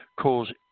cause